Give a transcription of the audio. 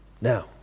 Now